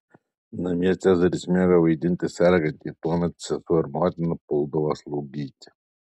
namie cezaris mėgo vaidinti sergantį tuomet sesuo ir motina puldavo slaugyti